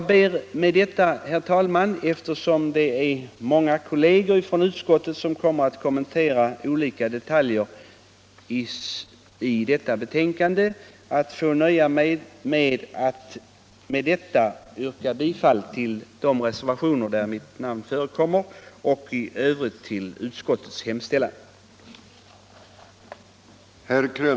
Eftersom många ledamöter från utskottet kommer att kommentera olika detaljer i detta betänkande, nöjer jag mig, herr talman, att med detta yrka bifall till de reservationer där mitt namn förekommer. I övrigt yrkar jag bifall till utskottets hemställan.